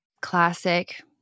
Classic